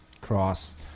cross